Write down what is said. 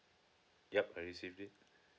yup I receive it